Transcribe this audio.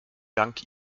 dank